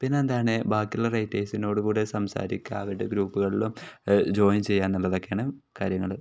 പിന്നെ എന്താണ് ബാക്കിയുള്ള റൈറ്റേഴ്സിനോട് കൂടെ സംസാരിക്കുക അവരുടെ ഗ്രൂപ്പുകളിലും ജോയിൻ ചെയ്യുക എന്നുള്ളതൊക്കെയാണ് കാര്യങ്ങൾ